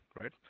right